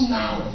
now